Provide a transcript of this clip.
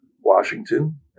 Washington